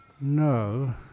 no